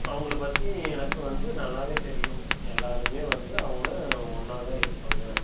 அவங்களப்பற்றி எனக்கு வந்து நல்லாவே தெரியும் எல்லாருமே வந்து அவங்க ஒன்றாதான் இருப்பாங்க